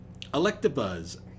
Electabuzz